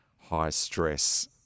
high-stress